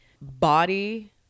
body